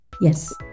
Yes